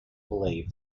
believe